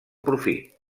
profit